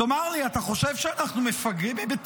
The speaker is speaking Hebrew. תאמר לי, אתה חושב שאנחנו מטומטמים?